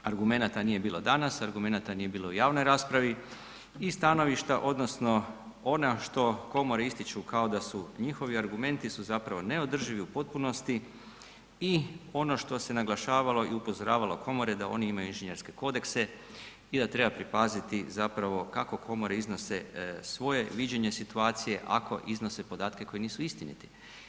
Argumenta nije bilo danas, argumenata nije bilo u javnoj raspravi i stanovišta, odnosno ona što komore ističu kao da su njihovi argumenti su zapravo neodrživi u potpunosti i ono što se naglašavalo i upozoravalo komore da oni imaju inženjerske kodekse i da treba pripaziti zapravo kako komore iznose svoje viđenje situacije, ako iznose podatke koji nisu istiniti.